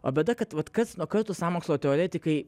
o bėda kad vat kad karts nuo karto sąmokslo teoretikai